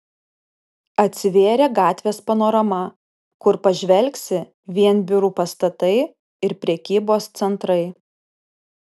atsivėrė gatvės panorama kur pažvelgsi vien biurų pastatai ir prekybos centrai